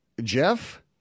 Jeff